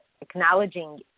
acknowledging